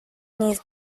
نیز